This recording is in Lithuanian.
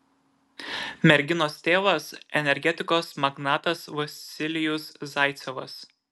merginos tėvas energetikos magnatas vasilijus zaicevas